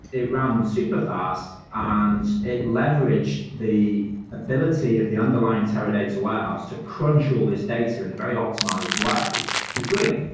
it runs superfast ah and it leveraged the ability of the underlying teradata warehouse to crunch all these data in a very optimized way is brilliant.